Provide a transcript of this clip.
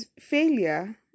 failure